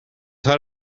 how